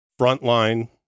frontline